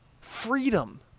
Freedom